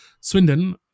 Swindon